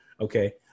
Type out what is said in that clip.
Okay